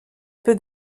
peu